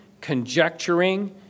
conjecturing